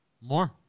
More